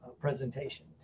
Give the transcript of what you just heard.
presentation